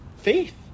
faith